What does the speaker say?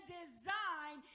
design